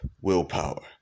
Willpower